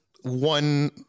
one